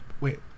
wait